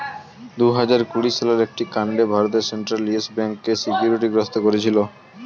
দুহাজার কুড়ি সালের একটি কাণ্ডে ভারতের সেন্ট্রাল ইয়েস ব্যাঙ্ককে সিকিউরিটি গ্রস্ত করেছিল